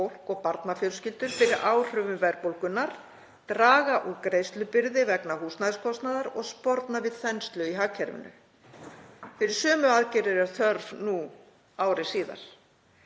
fólk og barnafjölskyldur fyrir áhrifum verðbólgunnar, draga úr greiðslubyrði vegna húsnæðiskostnaðar og sporna við þenslu í hagkerfinu. Fyrir sömu aðgerðir er þörf nú ári síðar.